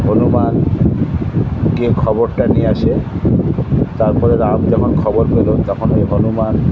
হনুমান গিয়ে খবরটা নিয়ে আসে তারপরে রাম যখন খবর পেলেন তখন হনুমান